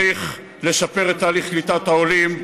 צריך לשפר את תהליכי קליטת העולים,